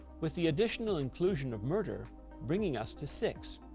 with the additional inclusion of murder bringing us to six.